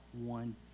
one